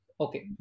Okay